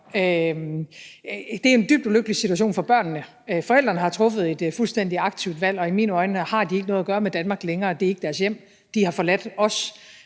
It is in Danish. Det er en dybt ulykkelig situation for børnene. Forældrene har truffet et fuldstændig aktivt valg, og i mine øjne har de ikke længere noget at gøre med Danmark, det er ikke deres hjem, de har forladt os,